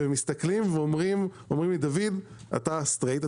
הם מסתכלים ואומרים לי: דוד, אתה סטרייט.